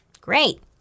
Great